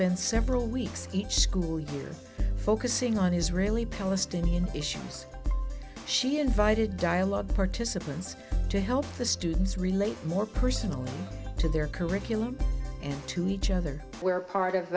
spend several weeks each school year focusing on israeli palestinian issues she invited dialogue participants to help the students relate more personally to their curriculum and to each other where part of